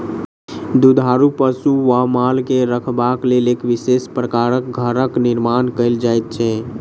दुधारू पशु वा माल के रखबाक लेल एक विशेष प्रकारक घरक निर्माण कयल जाइत छै